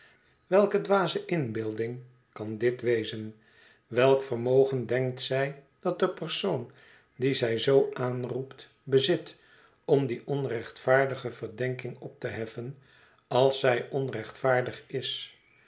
welke dwaze inbeelding kan dit wezen welk vermogen denkt zij dat de persoon die zij zoo aanroept bezit om die onrechtvaardige verdenking op te heffen als zij onrechtvaardig is